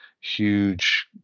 huge